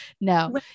no